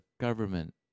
government